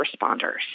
responders